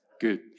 Good